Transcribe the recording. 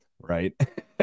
Right